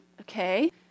okay